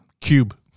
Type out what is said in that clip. Cube